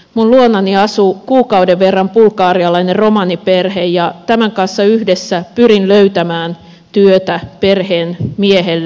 minun luonani asui kuukauden verran bulgarialainen romaniperhe ja tämän kanssa yhdessä pyrin löytämään työtä perheen miehelle